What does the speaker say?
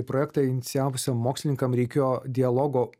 projektą inicijavusiem mokslininkam reikėjo dialogo